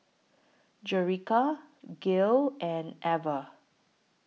Jerica Gale and Ever